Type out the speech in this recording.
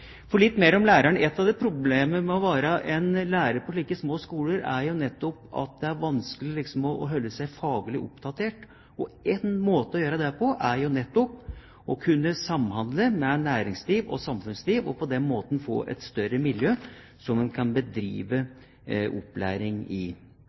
Litt mer om læreren: Et av problemene med å være lærer på slike små skoler er at det er vanskelig å holde seg faglig oppdatert. En måte å gjøre det på er å samhandle med nettopp næringsliv og samfunnsliv og på den måten få et større miljø som en kan